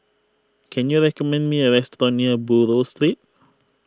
can you recommend me a restaurant near Buroh Street